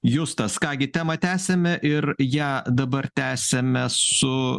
justas ką gi temą tęsiame ir ją dabar tęsiame su